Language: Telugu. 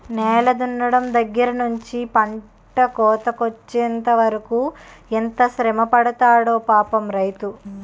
నేల దున్నడం దగ్గర నుంచి పంట కోతకొచ్చెంత వరకు ఎంత శ్రమపడతాడో పాపం రైతు